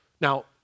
Now